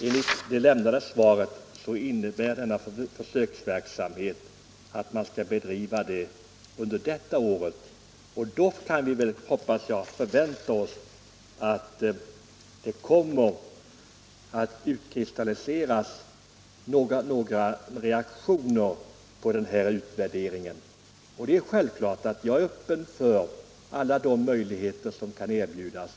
Enligt det lämnade svaret skall försöksverksamheten bedrivas under detta år, och vi kan väl förvänta oss att det kommer att utkristallisera sig några reaktioner på utvärderingen härav. Jag är självfallet öppen för alla de möjligheter som kan erbjuda sig.